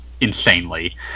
insanely